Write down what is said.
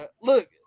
Look